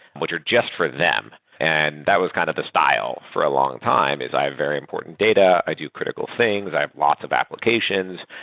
which are just for them. and that was kind of the style for a long time, is i have a very important data. i do critical things. i have lots of applications.